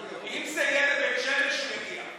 אם זה יהיה לבית שמש, הוא יגיע.